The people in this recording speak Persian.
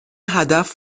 هدف